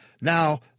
Now